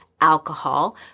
alcohol